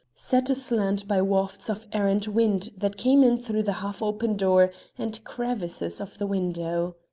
set aslant by wafts of errant wind that came in through the half-open door and crevices of the window.